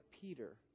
Peter